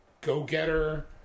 go-getter